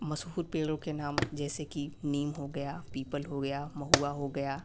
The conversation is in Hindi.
मसहूर पेड़ों के नाम जैसे कि नीम हो गया पीपल हो गया महुआ हो गया